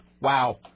Wow